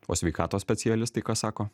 o sveikatos specialistai ką sako